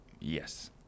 Yes